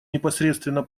непосредственно